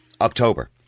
October